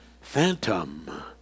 phantom